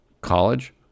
college